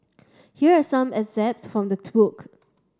here are some excerpt from the took